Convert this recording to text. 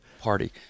party